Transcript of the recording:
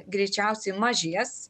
greičiausiai mažės